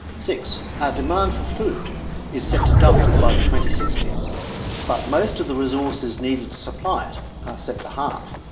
six. our demand for food is set to double by the twenty sixty s but most of the resources needed to supply it are set to halve.